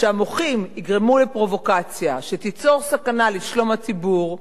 שהמוחים יגרמו לפרובוקציה שתיצור סכנה לשלום הציבור,